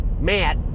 Matt